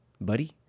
buddy